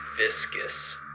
viscous